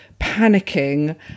panicking